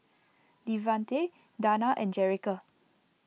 Devante Danna and Jerrica